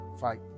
fight